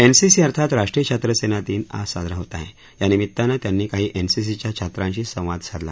NCC अर्थात राष्ट्रीय छात्र सेना दिन आज साजरा होत आहे या निमित्तानं त्यांनी काही एनसीसीच्या छात्रांशी संवाद साधला